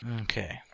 Okay